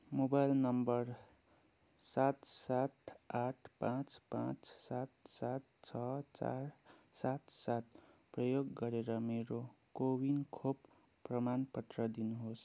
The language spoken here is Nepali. मोबाइल नम्बर सात सात आठ पाँच पाँच सात सात छ चार सात सात प्रयोग गरेर मेरो कोविन खोप प्रमाणपत्र दिनुहोस्